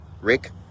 Rick